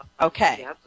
Okay